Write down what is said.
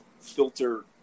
filter